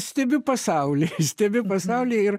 stebiu pasaulį stebi pasaulį ir